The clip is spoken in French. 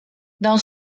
dans